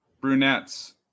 Brunettes